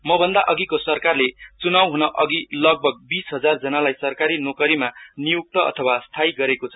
म भन्दा अधिको सरकारले च्नाउ हन अधि लगभग बीस हजार जनालाई सरकारी नोकरीमा निय्क्त अथवा स्थायी गराएको छ